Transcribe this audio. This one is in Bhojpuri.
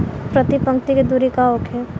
प्रति पंक्ति के दूरी का होखे?